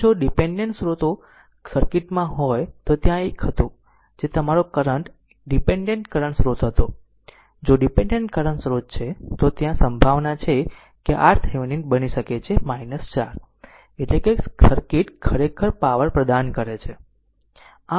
આમ જો ડીપેન્ડેન્ટ સ્ત્રોતો સર્કિટમાં હોય તો ત્યાં તે એક હતું જે તમારો કરંટ ડીપેન્ડેન્ટ કરંટ સ્રોત હતો જો ડીપેન્ડેન્ટ કરંટ સ્રોત છે તો ત્યાં સંભાવના છે કે RThevenin બની શકે છે 4 એટલે કે સર્કિટ ખરેખર પાવર પ્રદાન કરે છે